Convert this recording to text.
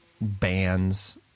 bands